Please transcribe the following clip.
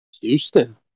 Houston